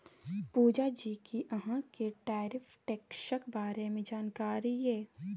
पुजा जी कि अहाँ केँ टैरिफ टैक्सक बारे मे जानकारी यै?